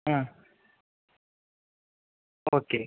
ஆ okay